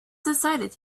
decided